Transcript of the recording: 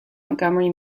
montgomery